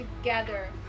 together